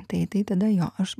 tai tai tada jo aš